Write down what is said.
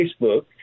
Facebook